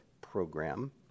program